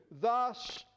Thus